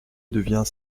devient